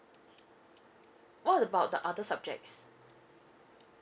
what about the other subjects